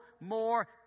more